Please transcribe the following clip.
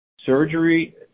Surgery